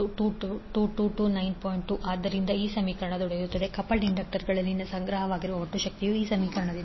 284A coupled ಇಂಡಕ್ಟರ್ಗಳಲ್ಲಿ ಸಂಗ್ರಹವಾಗಿರುವ ಒಟ್ಟು ಶಕ್ತಿಯು w12L1i12Mi1i212L2i2220